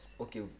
Okay